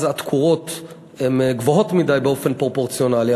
אז התקורות גבוהות מדי באופן פרופורציונלי.